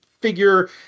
figure